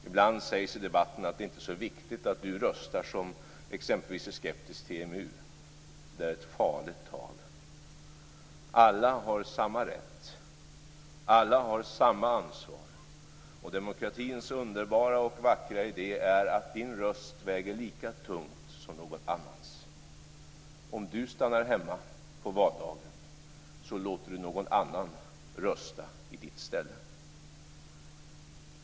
Ibland sägs i debatten att det inte är så viktigt att exempelvis du som är skeptisk till EMU röstar. Det är ett farligt tal. Alla har samma rätt. Alla har samma ansvar. Och demokratins underbara och vackra idé är att din röst väger lika tungt som någon annans. Om du stannar hemma på valdagen låter du någon annan rösta i ditt ställe.